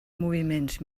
moviments